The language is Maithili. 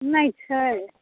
नहि छै